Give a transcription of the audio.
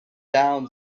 down